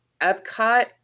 Epcot